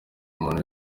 umuntu